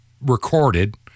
recorded